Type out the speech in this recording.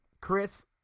Chris